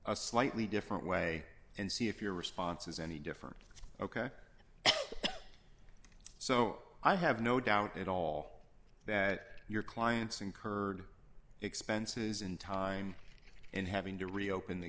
a slightly different way and see if your response is any different ok so i have no doubt at all that your clients incurred expenses in time and having to reopen the